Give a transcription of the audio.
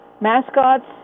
mascots